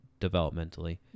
developmentally